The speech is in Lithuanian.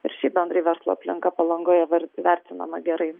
ir šiaip bendrai verslo aplinka palangoje var vertinama gerai